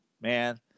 man